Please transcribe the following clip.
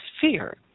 fear